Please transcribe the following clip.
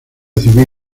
civil